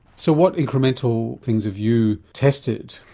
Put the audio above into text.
so what incremental things have you tested?